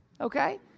okay